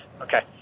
Okay